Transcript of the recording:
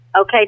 Okay